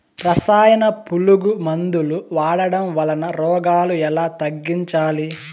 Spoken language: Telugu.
రసాయన పులుగు మందులు వాడడం వలన రోగాలు ఎలా తగ్గించాలి?